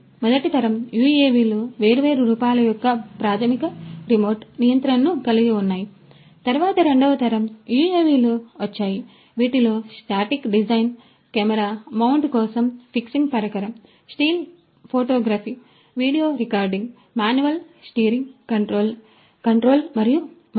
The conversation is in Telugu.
కాబట్టి మొదటి తరం UAV లు వేర్వేరు రూపాల యొక్క ప్రాథమిక రిమోట్ నియంత్రణను కలిగి ఉన్నాయి తరువాత రెండవ తరం UAV లు వచ్చాయి వీటిలో స్టాటిక్ డిజైన్ కెమెరా మౌంటు కోసం ఫిక్సింగ్ పరికరం still photography video recording manual steering control మరియు మొదలైనవి